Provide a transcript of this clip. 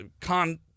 con